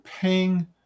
paying